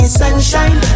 sunshine